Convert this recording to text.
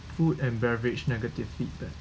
food and beverage negative feedback